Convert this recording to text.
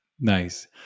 Nice